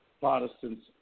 Protestants